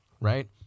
right